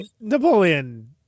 Napoleon